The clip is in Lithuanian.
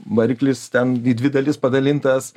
variklis ten į dvi dalis padalintas